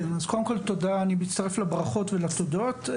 אני מצטרף לברכות ולתודות.